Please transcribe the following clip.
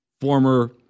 former